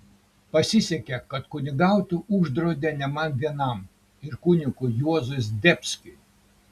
pasisekė kad kunigauti uždraudė ne man vienam ir kunigui juozui zdebskiui